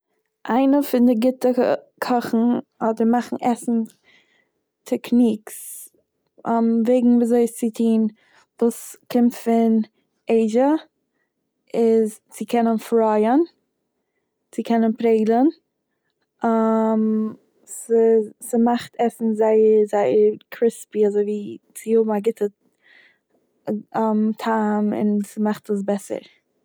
איינע פון די גוטע קאכן אדער מאכן עסן טעקניקס וועגן ווי אזוי עס צו טוהן וואס קומט פון עיזשע איז צו קענען פרייען, צו קענען פרעגלען, ס'איז- ס'מאכט עסן זייער זייער קריספי אזוי ווי צו האבן א גוטע- טעם און ס'מאכט עס בעסער.